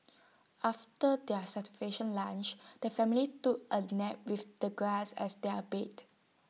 after their satisfaction lunch the family took A nap with the grass as their bed